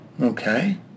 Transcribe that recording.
Okay